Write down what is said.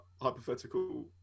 hypothetical